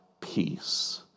peace